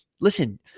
Listen